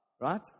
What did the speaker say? right